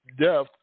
death